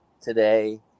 today